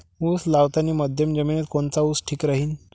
उस लावतानी मध्यम जमिनीत कोनचा ऊस ठीक राहीन?